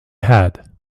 had